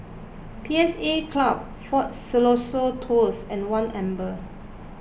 P S A Club fort Siloso Tours and one Amber